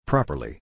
Properly